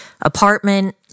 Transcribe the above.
apartment